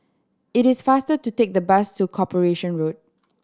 it is faster to take the bus to Corporation Road